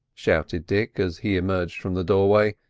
shouted dick, as he emerged from the doorway,